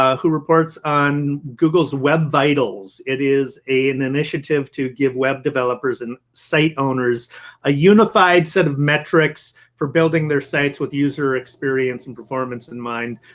ah who reports on google's web vitals. it is a an initiative to give web developers and site owners a unified set of metrics for building their sites with user experience and performance in mind.